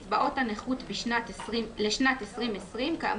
לצד אותן גמלאות בעד כל חודש שבו שולמה לו גמלה כאמור,